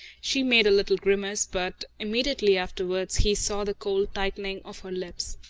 she made a little grimace, but immediately afterwards he saw the cold tightening of her lips.